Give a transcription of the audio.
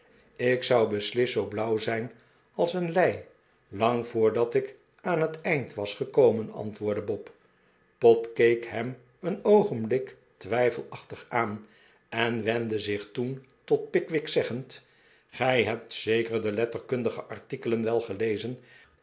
ik zou beslist zoo blauw zijn als een lei lang voordat ik aan het eind was gekomen antwoordde bob pott keek hem een oogenblik twijfelachtig aan en wendde zich toen tot pickwick zeggend gij hebt zeker de letterkundige artikelen wel gelezen